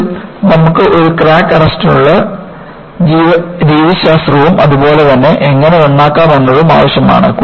ഒടുവിൽ നമുക്ക് ഒരു ക്രാക്ക് അറസ്റ്റിനുള്ള രീതിശാസ്ത്രവും അതുപോലെ തന്നെ എങ്ങനെ നന്നാക്കാമെന്നതും ആവശ്യമാണ്